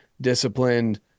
disciplined